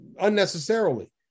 Unnecessarily